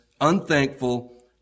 unthankful